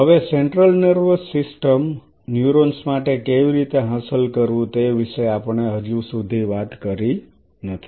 હવે central nervous system neurons માટે કેવી રીતે હાંસલ કરવું તે વિશે આપણે હજી સુધી વાત કરી નથી